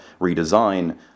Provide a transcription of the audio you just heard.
redesign